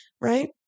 Right